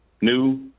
New